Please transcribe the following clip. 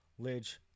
Lidge